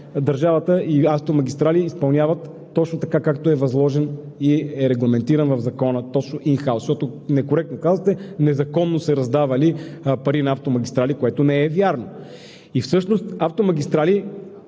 държавата и „Автомагистрали“ изпълняват точно така, както е възложен и регламентиран в Закона. Некоректно казвате, че незаконно са раздавани пари на „Автомагистрали“, което не е вярно. Всъщност „Автомагистрали“,